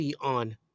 on